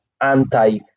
anti